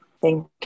Thank